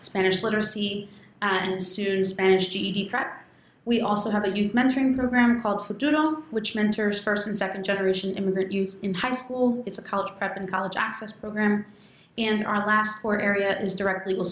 spanish literacy and soon spanish that we also have a huge mentoring program called who do know which mentors first and second generation immigrant youths in high school it's a college prep and college access program and our last four area is directly will